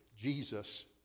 Jesus